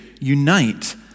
unite